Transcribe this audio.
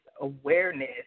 awareness